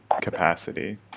capacity